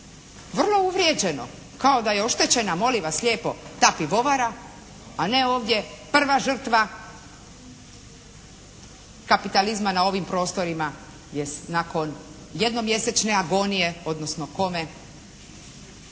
vrlo uvrijeđeno kao da je oštećena ta pivovara a ne ovdje prva žrtva kapitalizma na ovim prostorima je nakon jednomjesečne agonije odnosno kome